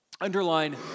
underline